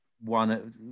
one